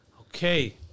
Okay